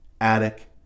attic